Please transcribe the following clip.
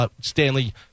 Stanley